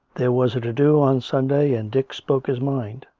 there was a to-do on sunday, and dick spoke his mind.